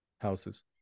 houses